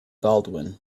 baldwin